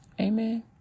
amen